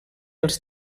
els